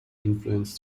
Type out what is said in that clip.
influence